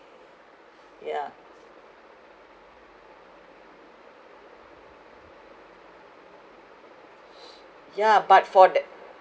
yeah yeah but for the